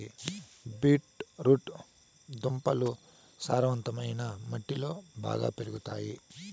beet root దుంపలు సారవంతమైన మట్టిలో బాగా పెరుగుతాయి